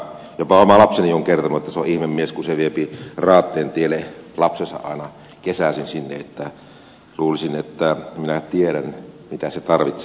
jopa oma lapseni on kertonut että se on ihme mies kun se viepi raatteentielle lapsensa aina kesäisin joten luulisin että minä tiedän mitä puolustus tarvitsee